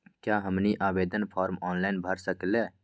क्या हमनी आवेदन फॉर्म ऑनलाइन भर सकेला?